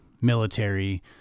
military